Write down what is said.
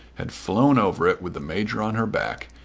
had flown over it with the major on her back,